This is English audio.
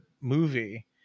movie